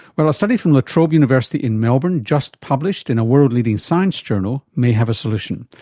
well, a study from la trobe university in melbourne, just published in a world leading science journal, may have a solution.